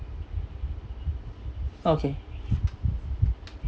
okay